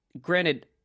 granted